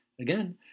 Again